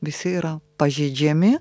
visi yra pažeidžiami